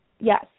yes